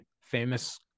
famous